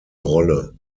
rolle